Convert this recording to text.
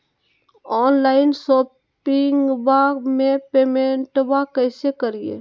Online शोपिंगबा में पेमेंटबा कैसे करिए?